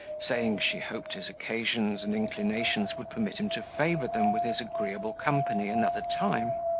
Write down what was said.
saying, she hoped his occasions and inclinations would permit him to favour them with his agreeable company another time.